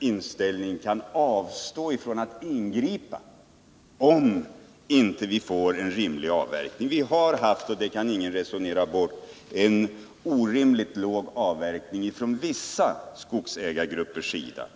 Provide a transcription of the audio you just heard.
inställning, kan avstå från att ingripa, om vi inte får en rimlig avverkning. Ingen kan resonera bort att vi har haft en orimligt låg avverkningsgrad i vissa skogsägargrupper.